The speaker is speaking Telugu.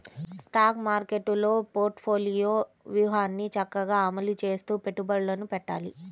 స్టాక్ మార్కెట్టులో పోర్ట్ఫోలియో వ్యూహాన్ని చక్కగా అమలు చేస్తూ పెట్టుబడులను పెట్టాలి